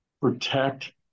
protect